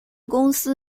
公司